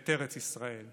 ואת ארץ ישראל.